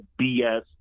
BS